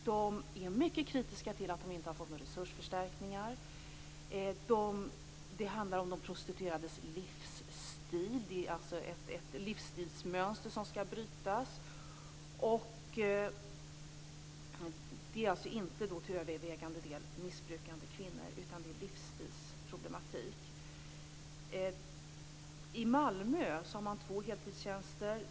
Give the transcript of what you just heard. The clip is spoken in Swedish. De är mycket kritiska till att de inte har fått några resursförstärkningar. Det handlar om de prostituerades livsstil. Det är alltså ett livsstilsmönster som skall brytas. Det är inte till övervägande delen missbrukande kvinnor utan det är en livsstilsproblematik. I Malmö har man två heltidstjänster.